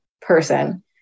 person